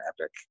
epic